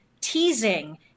teasing